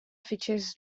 fitxers